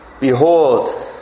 Behold